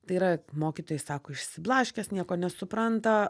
tai yra mokytojai sako išsiblaškęs nieko nesupranta